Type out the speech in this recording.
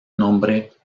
nombre